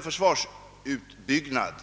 försvarets utbyggnad.